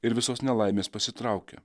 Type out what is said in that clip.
ir visos nelaimės pasitraukia